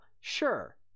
Sure